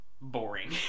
boring